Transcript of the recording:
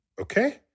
Okay